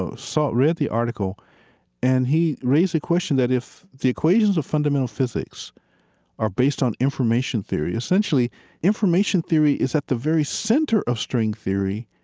ah so read the article and he raised the question that, if the equations of fundamental physics are based on information theory and essentially information theory is at the very center of string theory,